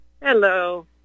Hello